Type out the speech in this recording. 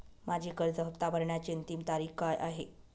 माझी कर्ज हफ्ता भरण्याची अंतिम तारीख काय आहे?